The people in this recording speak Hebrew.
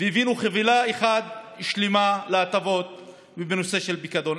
והבאנו חבילה אחת שלמה להטבות בנושא של פיקדון.